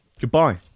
goodbye